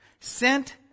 Sent